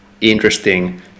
interesting